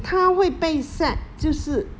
他会被 sack 就是